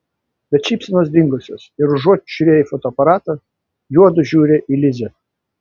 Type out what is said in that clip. bet šypsenos dingusios ir užuot žiūrėję į fotoaparatą juodu žiūri į lizę